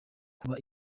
kuba